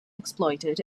exploited